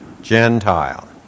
Gentile